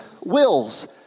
wills